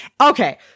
okay